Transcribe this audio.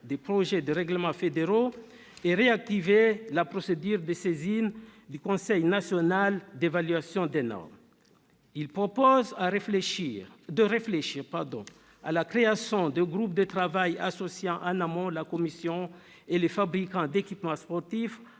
des projets de règlement fédéraux et de réactiver la procédure de saisine du Conseil national d'évaluation des normes, le CNEN. Ils proposent de réfléchir à la création de groupes de travail associant en amont la Commission et les fabricants d'équipements sportifs,